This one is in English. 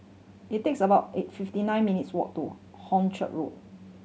it takes about eight fifty nine minutes' walk to Hornchurch Road